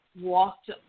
walked